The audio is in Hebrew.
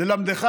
ללמדך